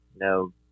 no